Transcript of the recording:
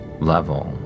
level